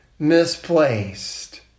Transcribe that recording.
misplaced